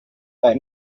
they